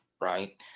right